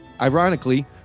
ironically